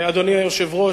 אדוני היושב-ראש,